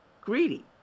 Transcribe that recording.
greedy